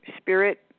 spirit